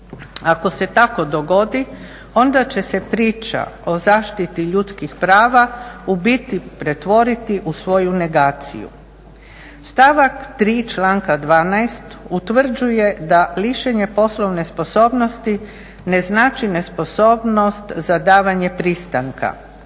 Ako se tako dogodi onda će se priča o zaštiti ljudskih prava u biti pretvoriti u svoju negaciju. Stavak 3. članka 12. utvrđuje da lišenje poslovne sposobnosti ne znači nesposobnost za davanje pristanka.